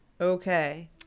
Okay